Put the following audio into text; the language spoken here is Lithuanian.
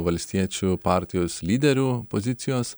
valstiečių partijos lyderių pozicijos